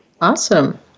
Awesome